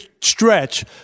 stretch